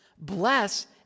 bless